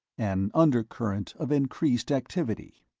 an undercurrent of increased activity.